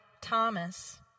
Thomas